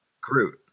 Groot